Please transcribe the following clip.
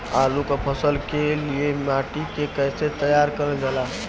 आलू क फसल के लिए माटी के कैसे तैयार करल जाला?